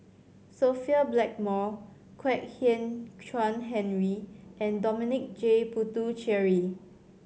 Sophia Blackmore Kwek Hian Chuan Henry and Dominic J Puthucheary